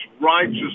righteous